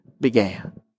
began